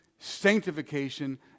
sanctification